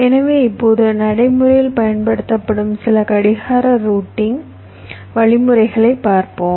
எனவே இப்போது நடைமுறையில் பயன்படுத்தப்படும் சில கடிகார ரூட்டிங் வழிமுறைகளைப் பார்ப்போம்